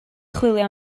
chwilio